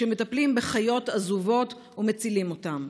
שמטפלים בחיות עזובות ומצילים אותן.